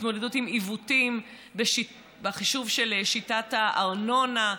התמודדות עם עיוותים בחישוב של שיטת הארנונה,